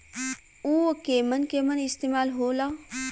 उव केमन केमन इस्तेमाल हो ला?